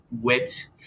wit